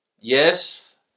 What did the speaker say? Yes